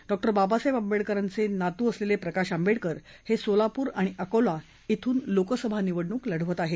डॉ बाबासाहेब आंबेडकरांचे नातू प्रकाश आंबेडकर हे सोलापूर आणि अकोला श्रून लोकसभा निवडणूक लढवत आहेत